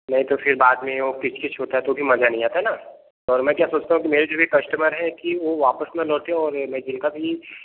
नहीं तो फिर बाद में वो किच किच होता है तो भी मज़ा नहीं आता ना और मैं क्या सोचता हूँ कि मेरे जो भी कस्टमर है कि वो वापस ना लौटे और मैं जिनका भी